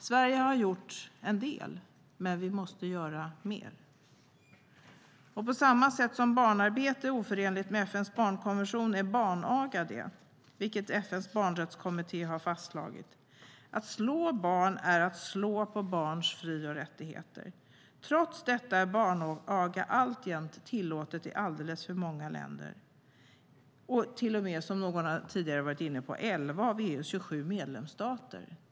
Sverige har gjort en del, men vi måste göra mer. På samma sätt som barnarbete är oförenligt med FN:s barnkonvention är barnaga det, vilket FN:s barnrättskommitté har fastslagit. Att slå barn är att slå på barns fri och rättigheter. Trots detta är barnaga alltjämt tillåtet i alldeles för många länder, till och med, som någon tidigare har varit inne på, i 11 av EU:s 27 medlemsstater.